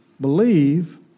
believe